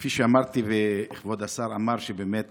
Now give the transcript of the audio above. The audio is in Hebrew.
כפי שאמרתי, וכבוד השר אמר שבאמת